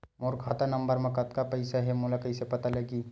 मोर खाता नंबर मा कतका पईसा हे ओला कइसे पता लगी?